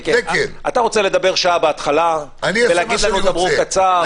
אתה רוצה לדבר שעה בהתחלה, לומר לנו: דברו קצר.